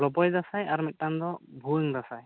ᱞᱚᱵᱚᱭ ᱫᱟᱸᱥᱟᱭ ᱟᱨ ᱢᱤᱫᱴᱟᱝ ᱫᱚ ᱵᱷᱩᱭᱟᱹᱝ ᱫᱟᱸᱥᱟᱭ